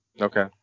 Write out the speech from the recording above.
Okay